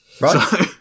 Right